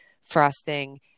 frosting